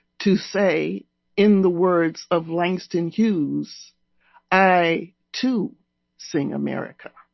to say in the words of langston hughes i too sing america